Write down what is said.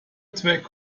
track